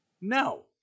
No